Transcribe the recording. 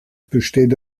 besteht